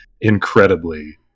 incredibly